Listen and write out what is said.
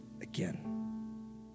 again